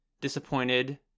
disappointed